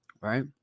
right